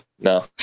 No